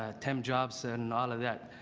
ah temp jobs and and all of that.